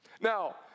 Now